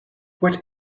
what